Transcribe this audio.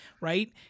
right